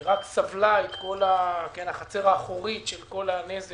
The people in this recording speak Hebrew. היא רק סבלה את החצר האחורית של כל הנזק